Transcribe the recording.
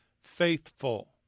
Faithful